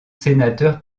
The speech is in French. sénateur